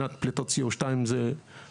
זה יהיה יותר נקי.